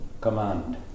command